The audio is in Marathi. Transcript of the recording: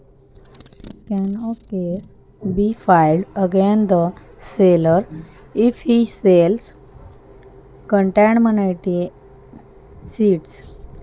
सदोष बियाणे विकल्यास विक्रेत्यांवर गुन्हा दाखल करता येतो का?